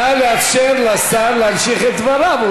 נא לאפשר לשר להמשיך את דבריו,